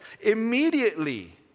Immediately